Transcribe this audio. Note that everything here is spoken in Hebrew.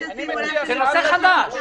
זה נושא חדש.